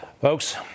folks